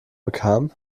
bekam